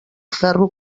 ferro